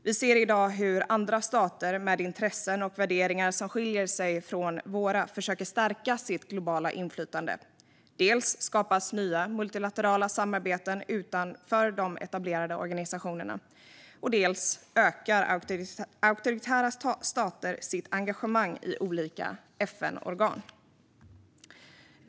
Vi ser i dag hur andra stater, med intressen och värderingar som skiljer sig från våra, försöker stärka sitt globala inflytande. Dels skapas nya multilaterala samarbeten utanför de etablerade organisationerna, dels ökar auktoritära stater sitt engagemang i olika FN-organ.